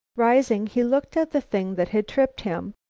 rising, he looked at the thing that had tripped him.